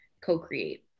co-create